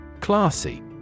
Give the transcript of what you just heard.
Classy